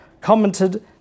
commented